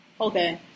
okay